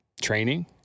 training